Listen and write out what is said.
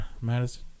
madison